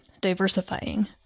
diversifying